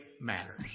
matters